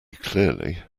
clearly